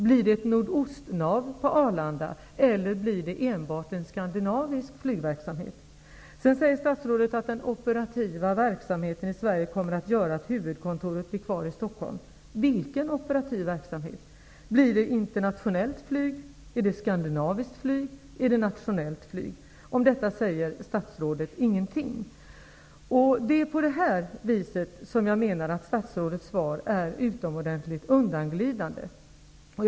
Blir det ett nordostnav på Arlanda eller blir det enbart en skandinavisk flygverksamhet? Sedan säger statsrådet att den operativa verksamheten i Sverige kommer att göra att huvudkontoret blir kvar i Stockholm. Vilken operativ verksamhet? Blir det internationellt flyg, skandinaviskt flyg eller nationellt flyg? Statsrådet säger ingenting om detta. Jag menar att statsrådets svar är utomordentligt undanglidande när det gäller detta.